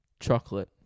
Chocolate